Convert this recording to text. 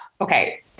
okay